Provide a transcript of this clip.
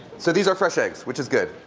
so these are fresh eggs, which is good.